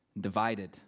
divided